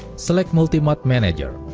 select multi mod manager